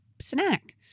snack